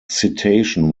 citation